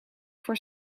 voor